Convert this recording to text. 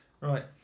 Right